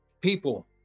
people